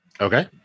Okay